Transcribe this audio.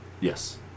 Yes